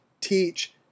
teach